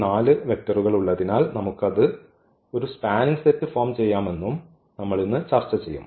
ഈ 4 വെക്റ്ററുകൾ ഉള്ളതിനാൽ നമുക്ക് അത് ഒരു സ്പാനിംഗ് സെറ്റ് ഫോം ചെയ്യാം എന്നും നമ്മൾ ഇന്ന് ചർച്ച ചെയ്യും